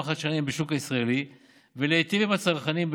החדשניים בשוק הישראלי ולהיטיב עם הצרכנים.